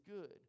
good